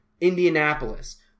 Indianapolis